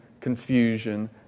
confusion